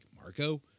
Marco